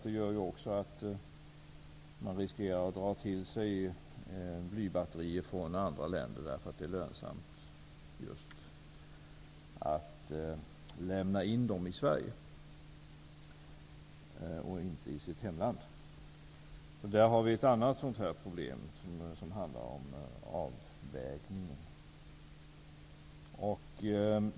Det gör också att man riskerar att dra till sig blybatterier från andra länder, därför att det är lönsamt att lämna in dem i Sverige och inte i hemlandet. Där har vi ett annat sådant här problem som handlar om avvägning.